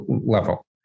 level